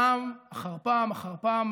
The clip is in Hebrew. פעם אחר פעם אחר פעם